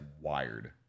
wired